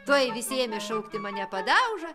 tuoj visi ėmė šaukti mane padauža